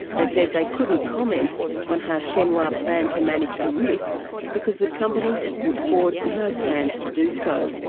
they said they couldn't comment on how shenhua planned to manage the risk because the company had put forward no plans to do so.